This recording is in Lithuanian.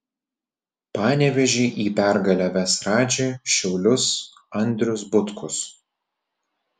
panevėžį į pergalę ves radži šiaulius andrius butkus